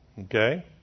okay